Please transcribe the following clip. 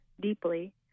deeply